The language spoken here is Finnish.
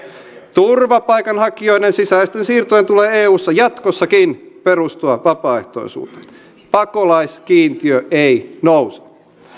turvapaikanhakijoiden sisäisten siirtojen tulee eussa jatkossakin perustua vapaaehtoisuuteen pakolaiskiintiö ei nouse